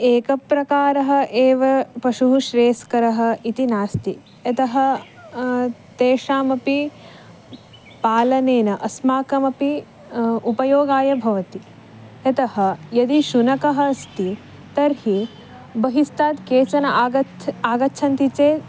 एकः प्रकारः एव पशुः श्रेयस्करः इति नास्ति यतः तेषामपि पालनेन अस्माकमपि उपयोगाय भवति यतः यदि शुनकः अस्ति तर्हि बहिस्तात् केचन आगत्य आगच्छन्ति चेत्